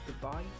goodbye